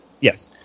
Yes